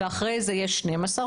ואחרי זה יש 12,